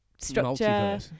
structure